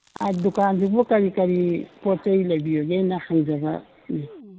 ꯗꯨꯀꯥꯟꯁꯤꯕꯣ ꯀꯔꯤ ꯀꯔꯤ ꯄꯣꯠ ꯆꯩ ꯂꯩꯕꯤꯕꯒꯦꯅ ꯍꯪꯖꯔꯛꯏ